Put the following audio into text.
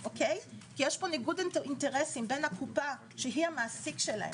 כי יש פה ניגוד אינטרסים בין הקופה שהיא המעסיק שלהם.